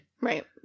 Right